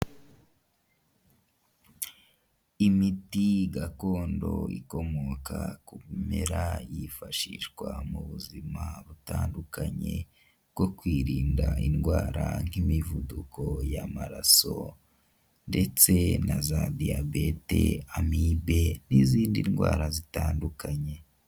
Imiti gakondo ikomoka ku bimera yifashishwa mu buzima butandukanye bwo kwirinda indwara nk'imivuduko y'amaraso, ndetse na za diyabete, amibe n'izindi ndwara zitandukanye.